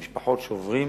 למשפחות שעוברות